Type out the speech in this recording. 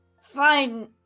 fine